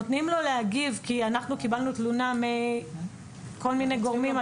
נותנים לו להגיב כי אנחנו קיבלנו תלונה מכל מיני גורמים.